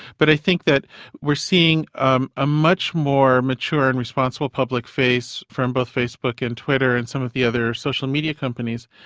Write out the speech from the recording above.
but i think that we're seeing um a much more mature and responsible public face from both facebook and twitter and some of the other social media companies.